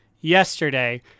yesterday